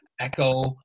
echo